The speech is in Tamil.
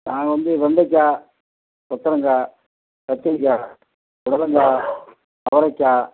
நாங்கள் வந்து வெண்டைக்காய் கொத்தரங்காய் கத்திரிக்காய் புடலங்காய் அவரைக்காய்